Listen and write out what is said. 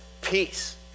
Peace